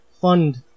fund